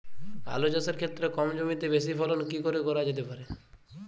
আলু চাষের ক্ষেত্রে কম জমিতে বেশি ফলন কি করে করা যেতে পারে?